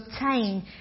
obtain